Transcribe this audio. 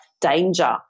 danger